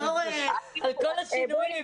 יש פתרונות, פשוט לא עושים את הפתרונות.